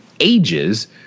Ages